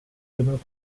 removed